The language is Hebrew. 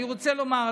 אני רוצה לומר,